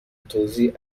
توزیع